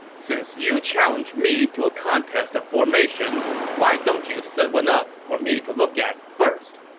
since you challenged me to a contest of formations, why don't you set one up for me to look at first?